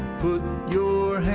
put your